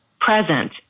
present